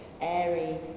airy